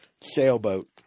Sailboat